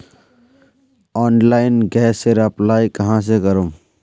Online गैसेर apply कहाँ से करूम?